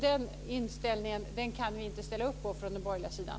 Den inställningen kan vi inte ställa upp på från den borgerliga sidan.